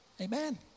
Amen